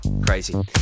Crazy